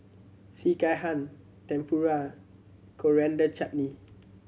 Sekihan Tempura Coriander Chutney